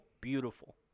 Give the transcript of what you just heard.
Beautiful